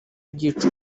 byica